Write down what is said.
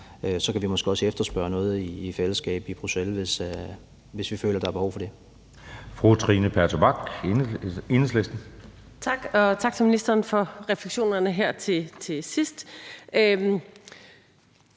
Så kan vi måske også efterspørge noget i fællesskab i Bruxelles, hvis vi føler, at der er behov for det.